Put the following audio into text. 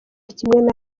kimwe